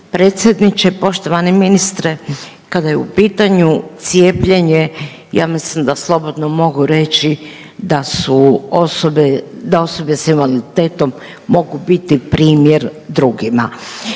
predsjedniče. Poštovani ministre, kada je u pitanju cijepljenje ja mislim da slobodno mogu reći da osobe s invaliditetom mogu biti primjer drugima.